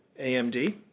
AMD